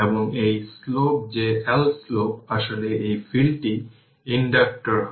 সুতরাং সিরিজের ইনডাক্টরগুলি সিরিজের রেজিস্টর এর মতো ঠিক একইভাবে কম্বাইন হয়